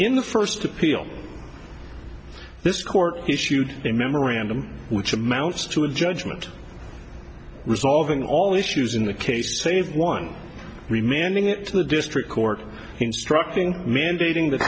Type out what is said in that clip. in the first appeal this court issued a memorandum which amounts to a judgment resolving all issues in the case save one remaining it to the district court instructing mandating that